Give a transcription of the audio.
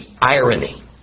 irony